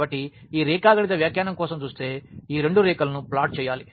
కాబట్టి ఈ రేఖాగణిత వ్యాఖ్యానం కోసం చూస్తే ఈ రెండు రేఖలను ప్లాట్ చేయాలి